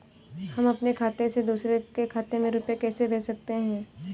हम अपने खाते से दूसरे के खाते में रुपये कैसे भेज सकते हैं?